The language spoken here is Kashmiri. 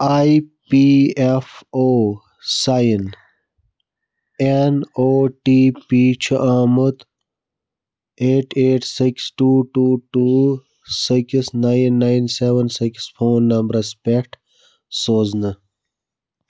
I P F O sign in O T P چھُ آمُت eight eight six two two two six nine nine seven six phone نمبرَس پٮ۪ٹھ سوزنہٕ